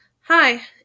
hi